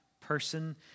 person